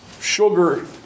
Sugar